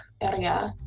area